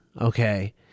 Okay